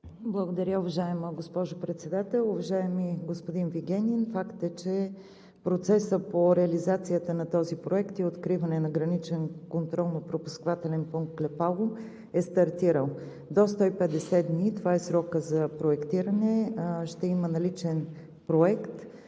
Благодаря, уважаема госпожо Председател. Уважаеми господин Вигенин, факт е, че процесът по реализацията на този проект и откриване на граничен контролно пропускателен пункт „Клепало“ е стартирал. До 150 дни – това е срокът за проектиране, ще има наличен проект